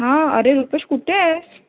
हां अरे रुपेश कुठे आहेस